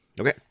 Okay